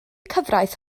cyfraith